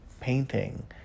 painting